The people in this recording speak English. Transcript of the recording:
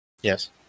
Yes